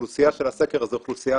שהאוכלוסייה של הסקר הזה היא אוכלוסייה